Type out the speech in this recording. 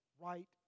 right